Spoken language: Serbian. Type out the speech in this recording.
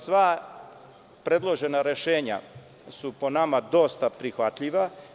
Sva predložena rešenja su po nama dosta prihvatljiva.